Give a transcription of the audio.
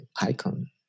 icon